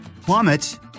Plummet